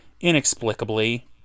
inexplicably